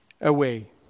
away